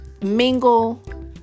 mingle